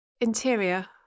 Interior